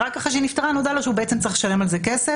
ורק אחרי שהיא נפטרה נודע לו שהוא צריך לשלם על זה כסף.